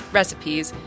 recipes